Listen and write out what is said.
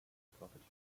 property